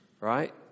Right